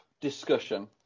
discussion